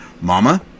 Mama